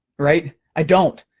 right, i don't.